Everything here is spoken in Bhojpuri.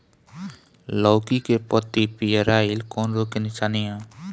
लौकी के पत्ति पियराईल कौन रोग के निशानि ह?